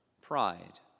pride